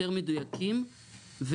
יותר מדויקים,